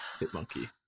Hitmonkey